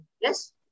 Yes